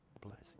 blessing